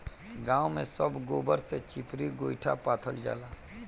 गांव में सब गोबर से चिपरी गोइठा पाथल जाला